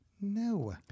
no